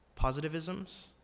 positivisms